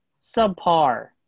subpar